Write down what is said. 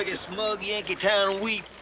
ah smug, yankee town weep.